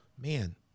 man